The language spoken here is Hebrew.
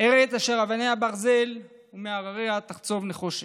"ארץ אשר אבניה ברזל ומהרריה תחצֹב נחושת".